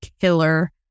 killer